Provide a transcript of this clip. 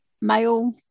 male